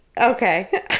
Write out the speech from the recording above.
okay